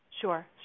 Sure